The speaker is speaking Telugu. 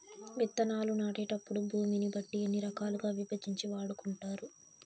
విత్తనాలు నాటేటప్పుడు భూమిని బట్టి ఎన్ని రకాలుగా విభజించి వాడుకుంటారు?